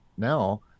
now